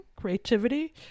creativity